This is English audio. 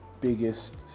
biggest